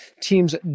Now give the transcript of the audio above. teams